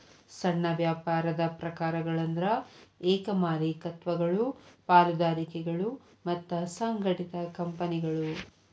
ಸಣ್ಣ ವ್ಯಾಪಾರದ ಪ್ರಕಾರಗಳಂದ್ರ ಏಕ ಮಾಲೇಕತ್ವಗಳು ಪಾಲುದಾರಿಕೆಗಳು ಮತ್ತ ಸಂಘಟಿತ ಕಂಪನಿಗಳು